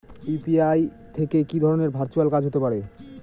UPI থেকে কি ধরণের ভার্চুয়াল কাজ হতে পারে?